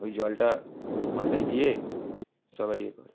ওই জলটা মাথায় দিয়ে সবাই এ করে